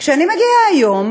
כשאני מגיעה היום,